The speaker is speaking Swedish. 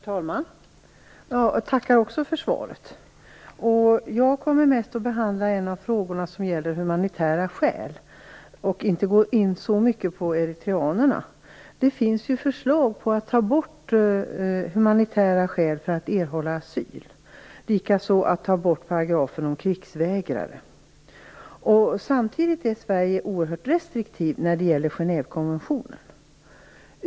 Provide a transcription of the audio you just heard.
Herr talman! Jag tackar också för svaret. Jag kommer mest att behandla frågan om humanitära skäl och kommer inte att gå in så mycket på frågan om eritreanerna. Det finns ju förslag om att ta bort humanitära skäl för att erhålla asyl liksom att ta bort paragrafen om krigsvägrare. Samtidigt är Sverige oerhört restriktivt när det gäller Genèvekonventionen.